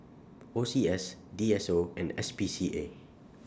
O C S D S O and S P C A